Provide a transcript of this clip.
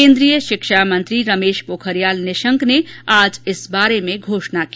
केन्द्रीय शिक्षामंत्री रमेश पोखरियाल निशंक ने आज इस बारे में घोषणा की